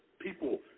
people